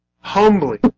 Humbly